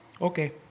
Okay